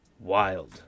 Wild